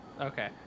Okay